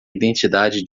identidade